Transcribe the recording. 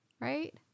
right